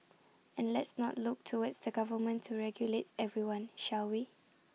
and let's not look towards the government to regulate everyone shall we